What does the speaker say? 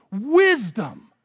wisdom